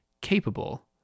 capable